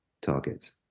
targets